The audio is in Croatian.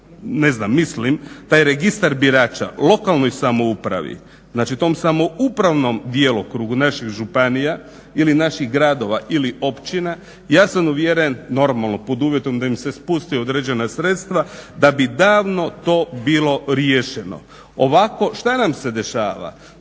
ne znam, mislim taj registar birača lokalnoj samoupravi, znači tom samoupravnom djelokrugu naših županija, ili naših gradova ili općina ja sam uvjeren, normalno pod uvjetom da im se spuste određena sredstva, da bi davno to bilo riješeno. Ovako, šta nam se dešava?